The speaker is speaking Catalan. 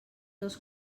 dels